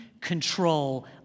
control